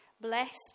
Blessed